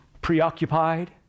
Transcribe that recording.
preoccupied